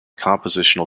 compositional